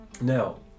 now